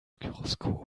gyroskop